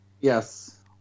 Yes